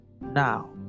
Now